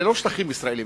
אלה לא שטחים ישראליים,